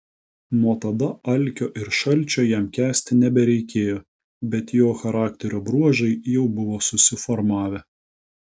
nuo tada alkio ir šalčio jam kęsti nebereikėjo bet jo charakterio bruožai jau buvo susiformavę